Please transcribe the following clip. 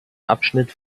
abschnitt